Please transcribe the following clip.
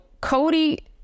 Cody